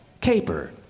caper